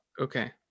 Okay